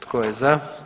Tko je za?